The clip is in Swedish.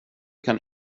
kan